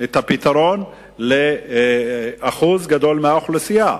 הפתרון לאחוז גדול מהאוכלוסייה.